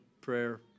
prayer